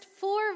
four